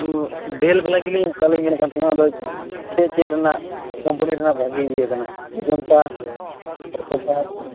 ᱚᱸᱻ ᱵᱮᱞ ᱵᱟᱞᱟ ᱜᱮᱞᱤᱧ ᱦᱟᱛᱟᱣ ᱞᱤᱧ ᱢᱮᱱᱮᱫ ᱠᱟᱱ ᱛᱟᱦᱮᱱᱟ ᱟᱫᱚ ᱪᱮᱫ ᱪᱮᱫ ᱨᱮᱱᱟᱜ ᱠᱳᱢᱯᱟᱱᱤ ᱨᱮᱱᱟᱜ ᱵᱷᱟᱜᱮ ᱤᱭᱟᱹ ᱠᱟᱱᱟ ᱚᱡᱚᱱᱛᱟ